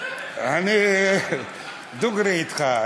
אני דוגרי אתך.